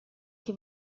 que